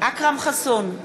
אכרם חסון,